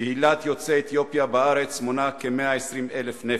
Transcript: קהילת יוצאי אתיופיה בארץ מונה כ-120,000 נפש.